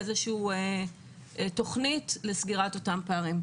איזושהי תוכנית לסגירת אותם פערים.